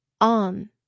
on